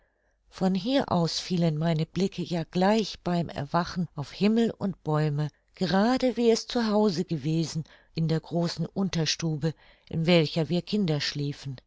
von hier aus fielen meine blicke ja gleich beim erwachen auf himmel und bäume gerade wie es zu hause gewesen in der großen unterstube in welcher wir kinder schliefen